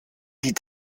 die